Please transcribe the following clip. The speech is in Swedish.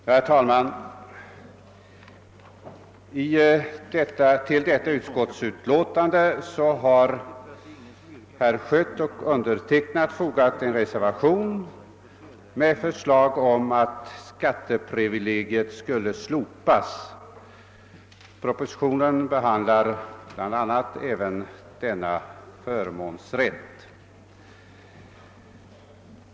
Herr talman! Till förevarande utskottsutlåtande har herr Schött och jag fogat en reservation med förslag om att skatteprivilegiet skall slopas; proposition nr 142 behandlar bl.a. denna statliga förmånsrätt.